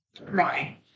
Right